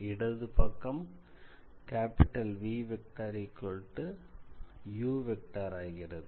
இடது பக்கம் ஆகிறது